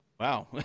Wow